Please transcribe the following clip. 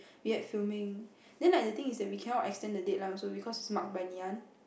we had filming then like the thing is that we cannot extend the deadline also because it's marked by Ngee-Ann